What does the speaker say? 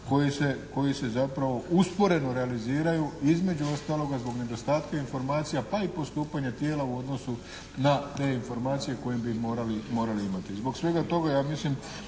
koji se zapravo usporeno realiziraju između ostaloga zbog nedostatka informacija pa i postupanja tijela u odnosu na te informacije koje bi morali imati.